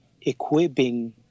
equipping